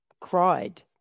cried